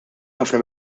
ħafna